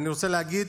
אני רוצה להגיד